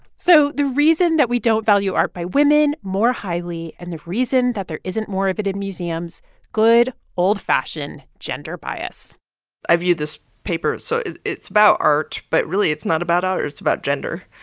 so the reason that we don't value art by women more highly and the reason that there isn't more of it in museums good, old-fashioned gender bias i viewed this paper. so it's it's about art, but really, it's not about art. it's about gender.